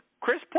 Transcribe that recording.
Chris